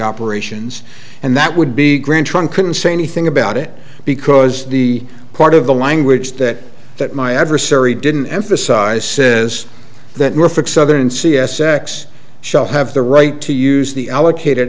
operations and that would be grand trunk couldn't say anything about it because the part of the language that that my adversary didn't emphasize says that reflects southern c s x shall have the right to use the allocated